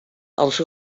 els